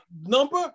number